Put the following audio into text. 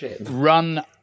run